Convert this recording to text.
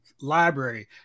library